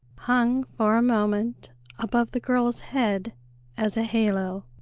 hung for a moment above the girl's head as a halo,